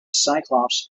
cyclops